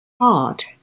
hard